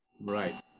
Right